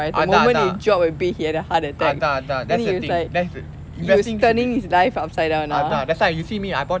அதான் அதான் அதான் அதான்:athaan athaan athaan athaan that's the thing that's the investing should be அதான்:athaan that's why you see me I bought